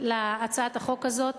להצעת החוק הזאת,